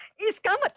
you think ah but